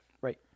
Right